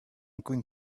going